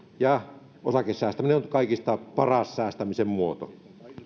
ja osakesäästäminen on nyt kaikista paras säästämisen muoto